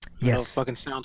Yes